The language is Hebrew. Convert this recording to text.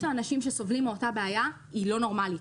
האנשים שסובלים מאותה בעיה היא לא נורמלית.